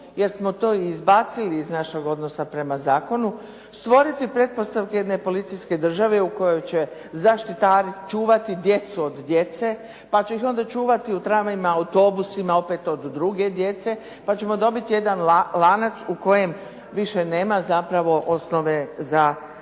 jer smo to izbacili iz našeg odnosa prema zakonu stvoriti pretpostavke jedne policijske države u kojoj će zaštitari čuvati djecu od djece, pa će ih onda čuvati u tramvajima, autobusima opet od druge djece, pa ćemo dobiti jedan lanac u kojem više nema zapravo osnove za pravnu